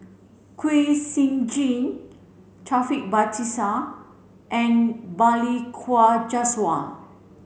Kwek Siew Jin Taufik Batisah and Balli Kaur Jaswal